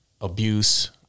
abuse